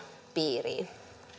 piiriin